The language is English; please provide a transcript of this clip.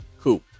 Cool